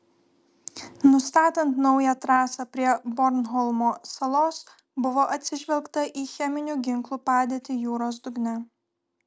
nustatant naują trasą prie bornholmo salos buvo atsižvelgta į cheminių ginklų padėtį jūros dugne